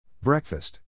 Breakfast